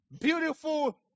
beautiful